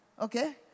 okay